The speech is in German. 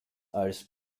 als